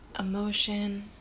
Emotion